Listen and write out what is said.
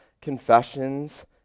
confessions